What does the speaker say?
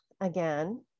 again